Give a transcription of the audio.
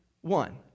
one